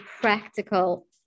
practical